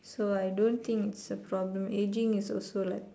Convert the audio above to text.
so I don't think it's a problem aging is also like